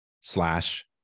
slash